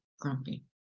grumpy